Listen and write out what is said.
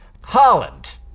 Holland